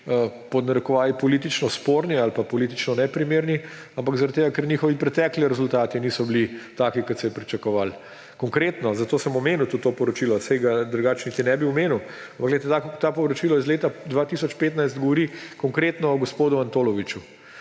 pod narekovaji, politično sporni ali pa politično neprimerni, ampak zaradi tega, ker njihovi pretekli rezultati niso bili taki, kot se je pričakovalo. Konkretno, zato sem omenil tudi to poročilo, saj ga drugače niti ne bi omenil. To poročilo iz leta 2015 govori konkretno o gospodu Antoloviču,